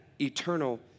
eternal